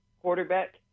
quarterback